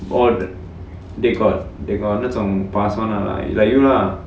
oh they got they got 那种 past [one] lah like you lah